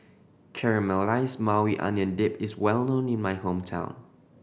Caramelized Maui Onion Dip is well known in my hometown